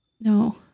no